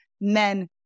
men